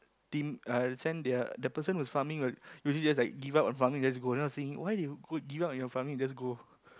team uh send their that person who's farming will usually just like give up on farming just go then I was thinking why they give up on their farming and just go